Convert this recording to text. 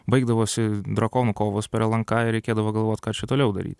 baigdavosi drakonų kovos per lnk ir reikėdavo galvot kad čia toliau daryt